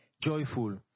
joyful